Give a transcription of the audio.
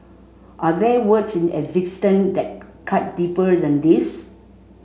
are there words in existence that cut deeper than these